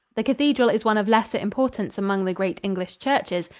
the cathedral is one of lesser importance among the great english churches,